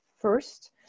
first